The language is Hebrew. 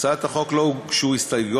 להצעת החוק לא הוגשו הסתייגויות.